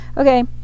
Okay